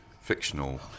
fictional